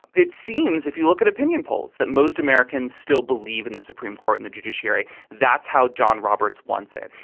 it seems if you look at opinion polls that most americans still believe in the supreme court, in the judiciary. that's how john roberts wants it.